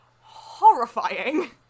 horrifying